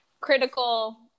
critical